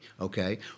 okay